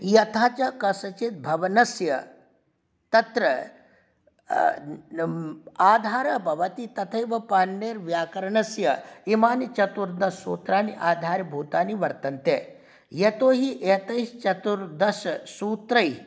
यथा च कस्यचिद् भवनस्य तत्र नम् आधारः भवति तथैव पाणिनेर्व्याकरणस्य इमानि चतुर्दशसूत्राणि आधारभूतानि वर्तन्ते यतोहि एतैश्चतुर्दशसूत्रैः